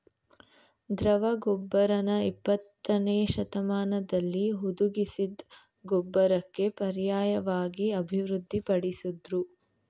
ದ್ರವ ಗೊಬ್ಬರನ ಇಪ್ಪತ್ತನೇಶತಮಾನ್ದಲ್ಲಿ ಹುದುಗಿಸಿದ್ ಗೊಬ್ಬರಕ್ಕೆ ಪರ್ಯಾಯ್ವಾಗಿ ಅಭಿವೃದ್ಧಿ ಪಡಿಸುದ್ರು